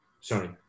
sorry